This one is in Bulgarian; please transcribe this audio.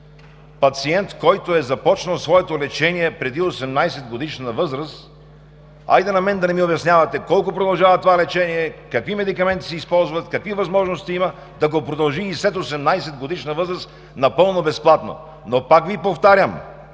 пациент, който е започнал своето лечение преди 18-годишна възраст… Хайде на мен да не ми обяснявате колко продължава това лечение, какви медикаменти се използват, какви възможности има да го продължи и след 18 годишна възраст напълно безплатно, но пак Ви повтарям,